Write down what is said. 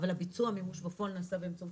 אבל הביצוע והמימוש בפועל נעשה באמצעות